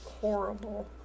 Horrible